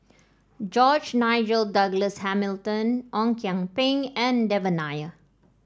George Nigel Douglas Hamilton Ong Kian Peng and Devan Nair